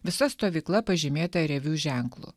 visa stovykla pažymėta reviu ženklu